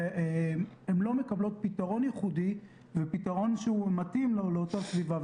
והן לא מקבלות פתרון ייחודי ופתרון שמתאים לאותה סביבה.